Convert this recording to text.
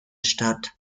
statt